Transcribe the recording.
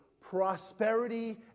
prosperity